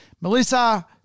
Melissa